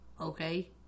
Okay